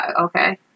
okay